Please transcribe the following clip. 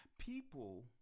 people